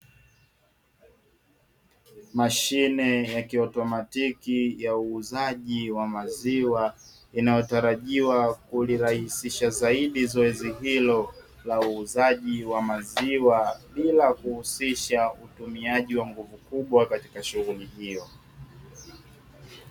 Mashine ya kiautomatiki ya uuzaji maziwa inayo tarajiwa kulirahisisha zaidi, zoezi hilo la uuzaji wa maziwa bila kuhusisha utumiaji wa nguvu katika sehemu hiyo.